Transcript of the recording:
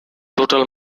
total